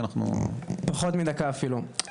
פחות מדקה אפילו.